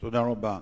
תודה רבה.